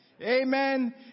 Amen